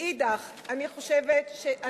מאידך, אני חושבת,